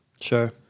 Sure